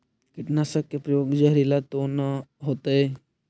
कीटनाशक के प्रयोग, जहरीला तो न होतैय?